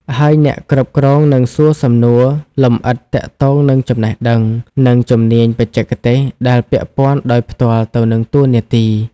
ហើយអ្នកគ្រប់គ្រងនឹងសួរសំណួរលម្អិតទាក់ទងនឹងចំណេះដឹង និងជំនាញបច្ចេកទេសដែលពាក់ព័ន្ធដោយផ្ទាល់ទៅនឹងតួនាទី។